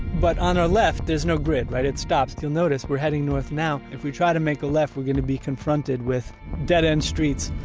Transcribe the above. but on our left there's no grid, right. it stops. you'll notice we're heading north now. if we try to make a left we're gonna be confronted with dead-end streets,